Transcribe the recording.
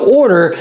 order